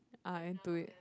I'm into it